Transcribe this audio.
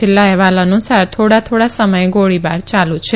છેલ્લા અહેવાલ અનુસાર થોડા થોડા સમયે ગોળીબાર ચાલુ છે